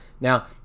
Now